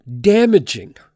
damaging